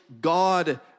God